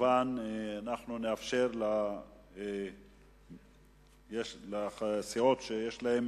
אנחנו נאפשר כמובן לסיעות שיש להן